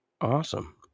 Awesome